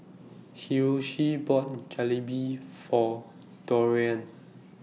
Hiroshi bought Jalebi For Dorian